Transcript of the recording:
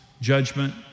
judgment